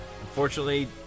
unfortunately